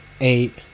eight